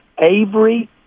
Avery